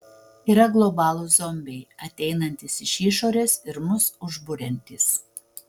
yra globalūs zombiai ateinantys iš išorės ir mus užburiantys